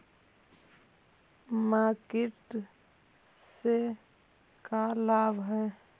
Market से का लाभ है?